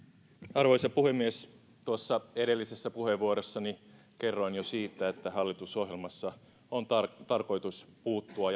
arvoisa puhemies tuossa edellisessä puheenvuorossani kerroin jo siitä että hallitusohjelmassa on tarkoitus puuttua